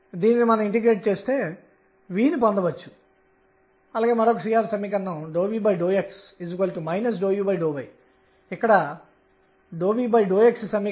ఇది మనం 2 మితీయ సందర్భంలో పొందిన అదే వ్యక్తీకరణ